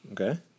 Okay